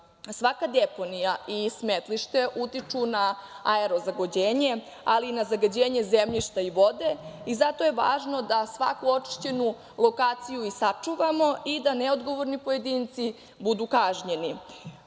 Svaka deponija i smetlište utiču na aero-zagađenje, ali i na zagađenje zemljišta i vode i zato je važno da svaku očišćenu lokaciju sačuvamo i da neodgovorni pojedinci budu kažnjeni. Ono